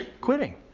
quitting